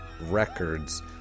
Records